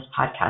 podcast